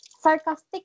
sarcastic